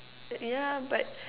yeah but